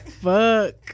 fuck